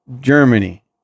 Germany